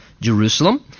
Jerusalem